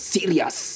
Serious